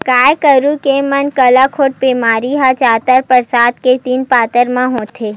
गाय गरु के म गलाघोंट बेमारी ह जादातर बरसा के दिन बादर म होथे